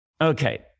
Okay